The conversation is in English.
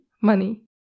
money